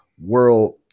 world